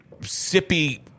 sippy